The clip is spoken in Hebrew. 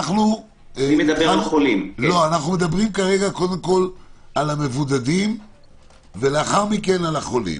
אנחנו מדברים על המבודדים, ולאחר מכן על החולים.